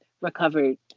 recovered